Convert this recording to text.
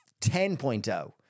10.0